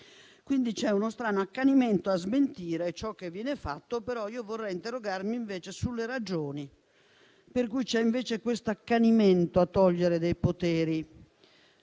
quindi uno strano accanimento a smentire ciò che viene fatto. Vorrei però interrogarmi sulle ragioni per cui c'è questo accanimento a togliere poteri